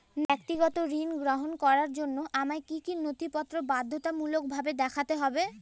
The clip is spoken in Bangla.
ব্যক্তিগত ঋণ গ্রহণ করার জন্য আমায় কি কী নথিপত্র বাধ্যতামূলকভাবে দেখাতে হবে?